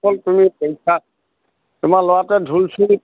তুমি পইচা তোমাৰ ল'ৰাটোৱে ঢোল চোল